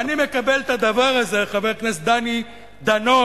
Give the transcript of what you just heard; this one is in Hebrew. ואני מקבל את הדבר הזה, חבר הכנסת דני דנון,